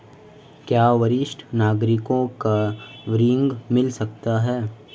क्या वरिष्ठ नागरिकों को ऋण मिल सकता है?